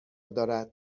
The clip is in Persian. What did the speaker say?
دارد